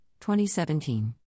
2017